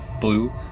blue